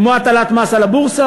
כמו הטלת מס על הבורסה,